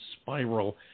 spiral